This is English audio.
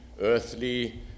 earthly